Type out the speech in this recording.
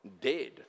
Dead